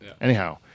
Anyhow